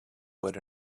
what